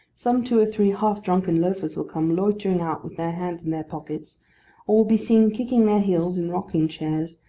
some two or three half drunken loafers will come loitering out with their hands in their pockets, or will be seen kicking their heels in rocking-chairs,